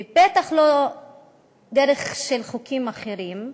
ובטח לא דרך חוקים אחרים,